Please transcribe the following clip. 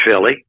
Philly